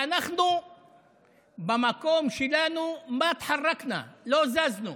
ואנחנו במקום שלנו (אומר בערבית ומתרגם:) לא זזנו,